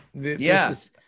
Yes